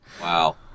Wow